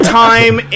time